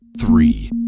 three